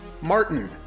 Martin